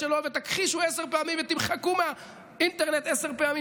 ותכחישו עשר פעמים ותמחקו מהאינטרנט עשר פעמים,